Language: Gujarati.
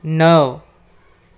નવ